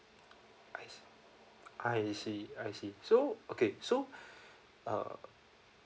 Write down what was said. I see I see so okay so uh